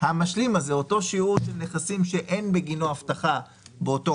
את אותו שיעור של נכסים שאין בגינו הבטחה באותו